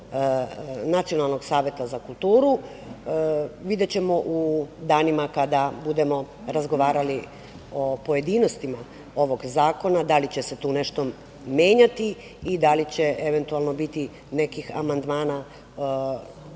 Nacionalnog saveta za kulturu, videćemo u danima kada budemo razgovarali u pojedinostima ovog zakona, da li će se tu nešto menjati i da li će eventualno biti nekih amandmana